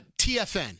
TFN